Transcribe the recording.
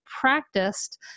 practiced